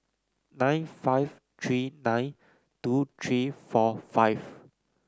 nine five three nine two three four five